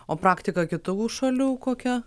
o praktika kitų šalių kokia